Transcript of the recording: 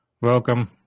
Welcome